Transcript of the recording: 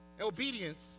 Obedience